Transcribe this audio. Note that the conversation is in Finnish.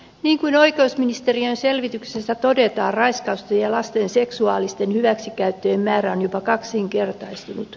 niin kuin oikeusministeriön selvityksessä todetaan raiskausten ja lasten seksuaalisten hyväksikäyttöjen määrä on jopa kaksinkertaistunut